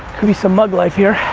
could be some mug life here.